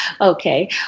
Okay